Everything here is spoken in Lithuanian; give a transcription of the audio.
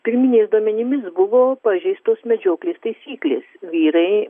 pirminiais duomenimis buvo pažeistos medžioklės taisyklės vyrai